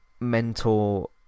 Mentor